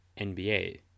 NBA